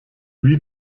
wie